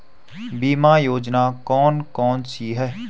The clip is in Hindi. बीमा योजना कौन कौनसी हैं?